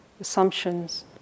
assumptions